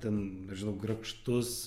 ten nežinau grakštus